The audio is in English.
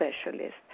specialist